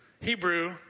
Hebrew